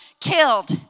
killed